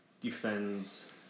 defends